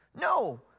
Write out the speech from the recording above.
No